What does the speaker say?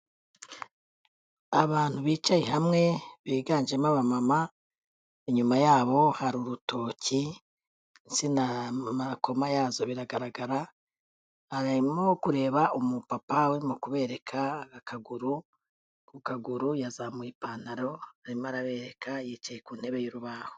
Abantu bicaye hamwe, biganjemo aba mama, inyuma yabo hari urutoki, insina n'amakoma yazo biragaragara, arimo kureba umupapa urimo kubereka akaguru, ku kaguru yazamuye ipantaro, arimo arabereka, yicaye ku ntebe y'urubaho.